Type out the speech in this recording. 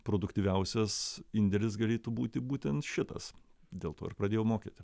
produktyviausias indėlis galėtų būti būtent šitas dėl to ir pradėjau mokyti